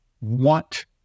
want